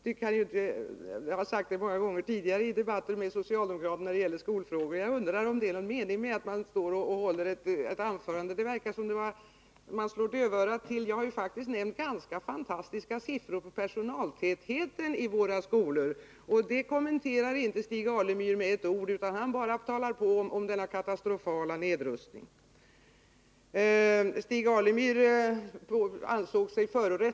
Nr 46 Jag har sagt många gånger tidigare i debatter om skolfrågor med Torsdagen den socialdemokrater, att jag undrar om det är någon mening med att jag håller 11 december 1980 ett anförande, eftersom det verkar som om man slår dövörat till. Jag har faktiskt nämnt ganska fantastiska siffror om personaltätheten i våra skolor, men det kommenterar inte Stig Alemyr med ett ord, utan han talar bara på om denna katastrofala nedrustning.